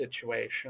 situation